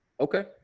Okay